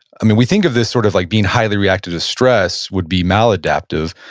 i mean, we think of this sort of like being highly reacted to stress would be maladaptive,